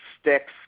sticks